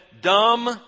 Dumb